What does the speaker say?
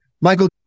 Michael